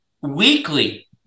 weekly